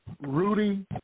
Rudy